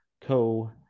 Co